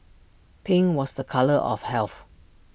pink was A colour of health